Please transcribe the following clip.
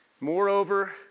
Moreover